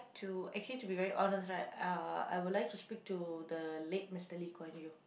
to actually to be very honest right uh I would like to speak to the late Mister Lee-Kuan-Yew